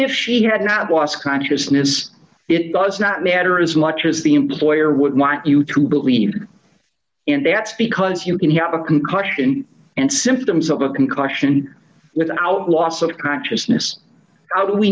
if she had not lost consciousness it does not matter as much as the employer would want you to believe and that's because you can have a concussion and symptoms of a concussion without loss of consciousness how do we